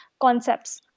concepts